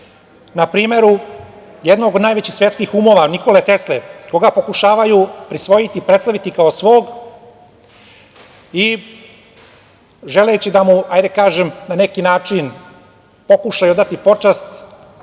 na primeru jednog od najvećih svetskih umova, Nikole Tesle, koga pokušavaju prisvojiti, prestaviti kao svog i želeći, da kažem, na neki način, pokušaju dati počast